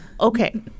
okay